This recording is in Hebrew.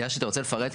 יאשי אתה רוצה לפרט?